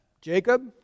Jacob